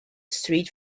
street